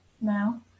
now